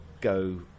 go